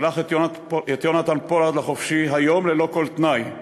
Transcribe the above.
שלח את יונתן פולארד לחופשי היום ללא כל תנאי.